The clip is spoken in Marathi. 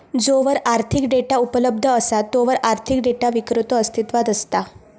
जोवर आर्थिक डेटा उपलब्ध असा तोवर आर्थिक डेटा विक्रेतो अस्तित्वात असता